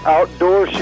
Outdoor